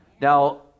Now